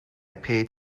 paid